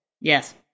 Yes